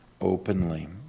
openly